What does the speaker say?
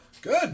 Good